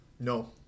No